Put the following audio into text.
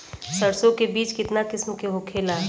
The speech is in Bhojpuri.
सरसो के बिज कितना किस्म के होखे ला?